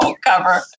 cover